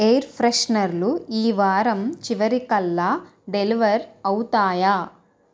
air ఫ్రెషనర్లు ఈ వారం చివరికల్లా డెలివర్ అవుతాయా